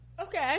okay